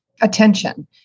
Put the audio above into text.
attention